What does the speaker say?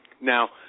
Now